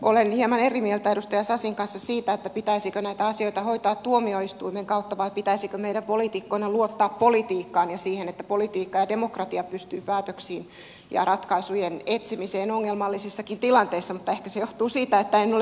olen hieman eri mieltä edustaja sasin kanssa siitä pitäisikö näitä asioita hoitaa tuomioistuimen kautta vai pitäisikö meidän poliitikkoina luottaa politiikkaan ja siihen että politiikka ja demokratia pystyy päätöksiin ja ratkaisujen etsimiseen ongelmallisissakin tilanteissa mutta ehkä se johtuu siitä että en ole juristi